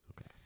Okay